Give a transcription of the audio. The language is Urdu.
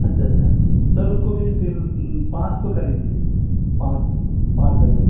اچھا اچھا سر اس کو بھی پھر پانچ تو کر ہی دیجیے پانچ پانچ درجن